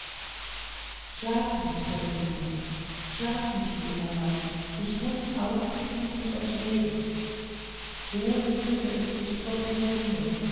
schlaft nicht peregrinus schlaft nicht edler mann ich muß augenblicklich mit euch reden so lispelte es dicht vor